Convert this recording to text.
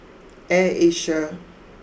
Air Asia